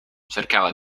cercava